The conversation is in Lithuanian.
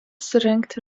surengti